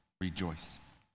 rejoice